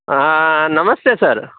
હા નમસ્તે સર